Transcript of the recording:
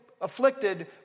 afflicted